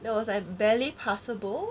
that was like barely passable